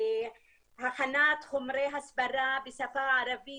הכנת חומרי הסברה בשפה הערבית